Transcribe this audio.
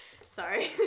Sorry